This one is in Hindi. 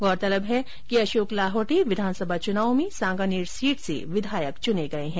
गौरतलब है कि अशोक लाहोटी विधानसभा च्नाव में सांगानेर सीट से विधायक चुने गये है